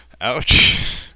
Ouch